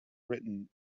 written